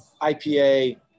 IPA